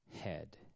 head